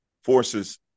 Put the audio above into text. forces